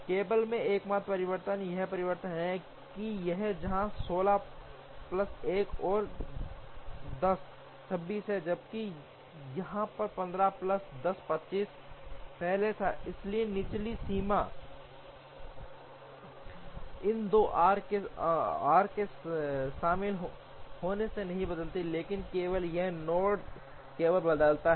label में एकमात्र परिवर्तन यहां परिवर्तन है कि यह 16 प्लस एक और 10 26 है जबकि यहां यह 15 प्लस 10 25 पहले था इसलिए निचली सीमा इन 2 आर्क के शामिल होने से नहीं बदलती है लेकिन केवल एक नोड लेबल बदलता है